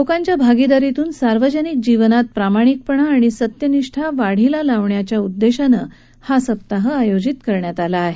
लोकांच्या भागीदारीतून सार्वजनिक जीवनात प्रामाणिकपणा आणि सत्यनिष्ठा वाढीस लागण्याच्या उद्देशानं या सप्ताहाचं आयोजन केलं आहे